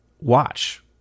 watch